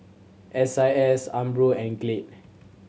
S I S Umbro and Glade